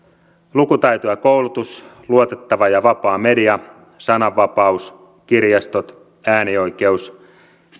lukutaito ja koulutus luotettava ja vapaa media sananvapaus kirjastot äänioikeus